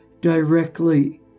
directly